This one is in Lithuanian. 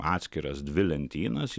atskiras dvi lentynas